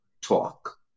talk